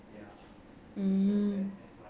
mm